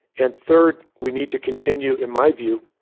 and third, we need to continue, in my view,